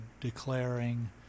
declaring